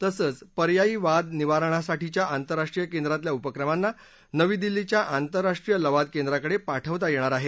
तसंच पर्यायी वाद निवारणासाठीच्या आंतरराष्ट्रीय केंद्रातल्या उपक्रमांना नवी दिल्लीच्या आंतरराष्ट्रीय लवाद केंद्राकडे पाठवता येणार आहे